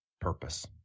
purpose